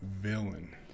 villain